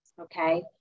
Okay